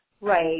Right